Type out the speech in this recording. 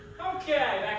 okay